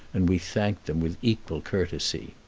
and we thanked them with equal courtesy.